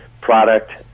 product